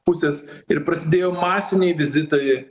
pusės ir prasidėjo masiniai vizitai